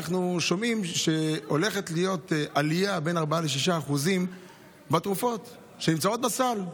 אנחנו שומעים שהולכת להיות עלייה של 4% 6% בתרופות שנמצאות בסל.